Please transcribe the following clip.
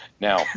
Now